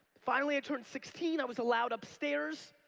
finally, i turned sixteen. i was allowed upstairs.